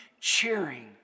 cheering